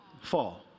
Fall